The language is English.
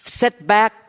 setback